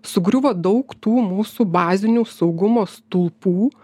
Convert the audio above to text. sugriuvo daug tų mūsų bazinių saugumo stulpų